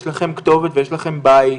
יש לכם כתובת ויש לכם בית,